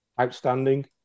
outstanding